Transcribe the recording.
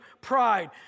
pride